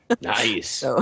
Nice